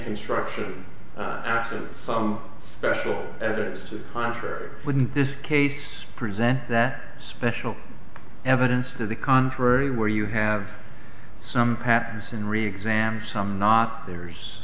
instruction absent some special evidence to the contrary wouldn't this case present that special evidence to the contrary where you have some patents and reexamined some not there's